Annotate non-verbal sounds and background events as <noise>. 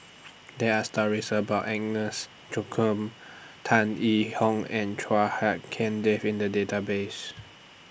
There Are stories about Agnes Joaquim Tan Yee Hong and Chua Hak <unintelligible> Dave in The Database